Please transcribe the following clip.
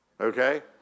Okay